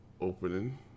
opening